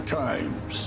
times